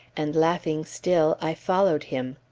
and laughing still, i followed him.